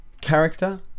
character